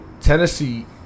Tennessee